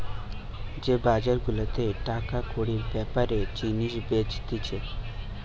যে বাজার গুলাতে টাকা কড়ির বেপারে জিনিস বেচতিছে